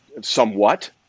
Somewhat